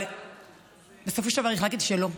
אבל בסופו של דבר החלטתי שלא,